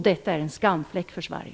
Detta är en skamfläck för Sverige.